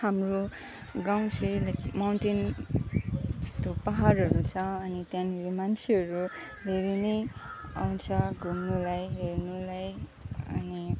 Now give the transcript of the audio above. हाम्रो गाउँ चाहिँ लाइक माउन्टेन जस्तो पहाडहरू छ अनि त्यहाँनेरि मान्छेहरू धेरै नै आउँछ घुम्नुलाई हेर्नुलाई अनि